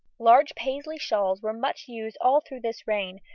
large paisley shawls were much used all through this reign,